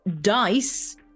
dice